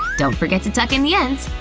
don't forget to tuck in the ends!